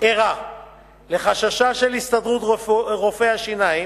ערה לחששה של הסתדרות רופאי השיניים,